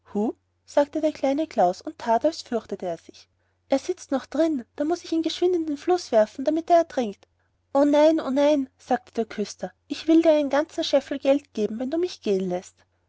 sagte der kleine klaus und that als fürchte er sich er sitzt noch darin da muß ich ihn geschwind in den fluß werfen damit er ertrinkt o nein o nein sagte der küster ich will dir einen ganzen scheffel geld geben wenn du mich gehen läßt